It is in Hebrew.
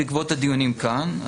בעקבות הדיונים כאן,